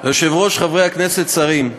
היושב-ראש, חברי הכנסת, שרים,